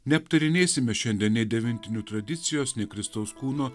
neaptarinėsime šiandien nei devintinių tradicijos nei kristaus kūno